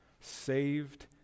Saved